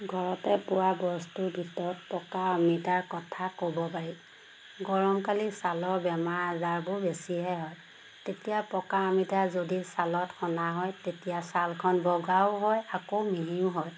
ঘৰতে পোৱা বস্তুৰ ভিতৰত পকা অমিতাৰ কথা ক'ব পাৰি গৰমকালি ছালৰ বেমাৰ আজাৰবোৰ বেছিহে হয় তেতিয়া পকা অমিতা যদি ছালত সনা হয় তেতিয়া ছালখন বগাও হয় আকৌ মিহিও হয়